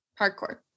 hardcore